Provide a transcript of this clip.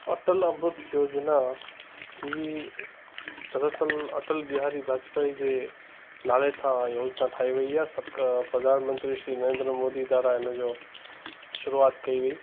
अटल अमृत योजना ही दरअसल अटल बिहारी बाजपाई जे नाले तां योजना ठाही वई आहे सर प्रधान मंत्री श्री नरेंद्र मोदी द्वारा इन जो शुरूआति कई वई